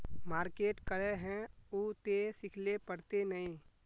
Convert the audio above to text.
Market करे है उ ते सिखले पड़ते नय?